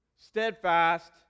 steadfast